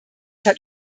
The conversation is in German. hat